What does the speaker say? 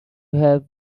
have